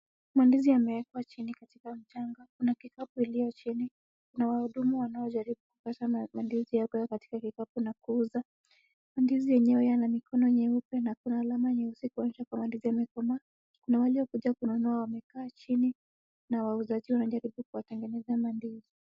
Mandizi yameekwa chini katika mchanga. Kuna kikapu ilio chini. Kuna wahudumu wanaojaribu kukata mandizi hapa katika kikapu na kuuza. Mandizi yenyewe yana mikono nyeupe na kuna alama nyeusi kuonyesha kuwa mandizi yamekomaa. Kuna waliokuja kununua wamekaa chini na wauzaji wanajaribu kuwatengenezea mandizi.